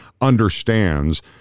understands